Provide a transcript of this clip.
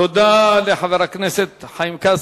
תודה לחבר הכנסת חיים כץ,